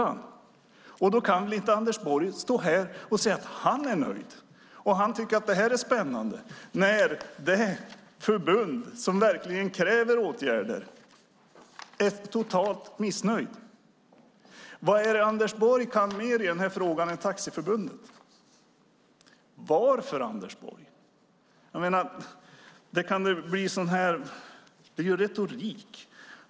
Anders Borg kan väl inte stå här och säga att han är nöjd och att han tycker att detta är spännande när det förbund som verkligen kräver åtgärder är helt missnöjt? Vad är det Anders Borg kan mer i denna fråga än Taxiförbundet? Det är retorik.